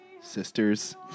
sisters